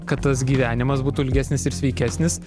kad tas gyvenimas būtų ilgesnis ir sveikesnis